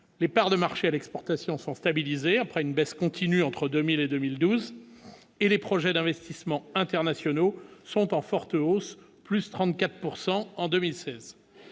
Les parts de marché à l'exportation sont stabilisées après une baisse continue entre 2000 et 2012 et les projets d'investissements internationaux sont en forte hausse, plus 34 pourcent